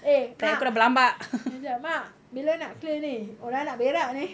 eh mak macam mak bila nak clear ni orang nak berak ni